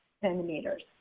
centimeters